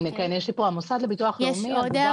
יש לי פה המוסד לביטוח לאומי, אגודת החירשים.